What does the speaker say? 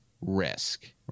risk